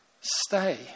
Stay